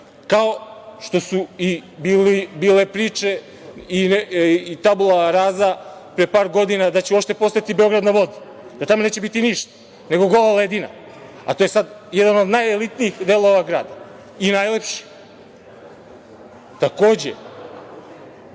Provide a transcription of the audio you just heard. kao što su i bile priče i tabula rasa pre par godina da će uopšte postojati i „Beograd na vodi“ i da tamo neće biti ništa, nego gola ledina. To je sada jedan od najelitnijih delova grada i najlepši. Takođe,